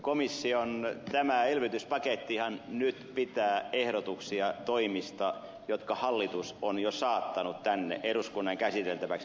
komission tämä elvytyspakettihan nyt pitää ehdotuksia toimista jotka hallitus on jo saattanut tänne eduskunnan käsiteltäväksi